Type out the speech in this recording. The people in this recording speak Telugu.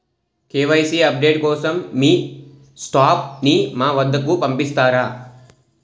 కే.వై.సీ అప్ డేట్ కోసం మీ స్టాఫ్ ని మా వద్దకు పంపిస్తారా?